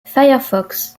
firefox